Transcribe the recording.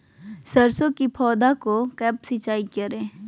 सरसों की पौधा को कब सिंचाई करे?